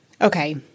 Okay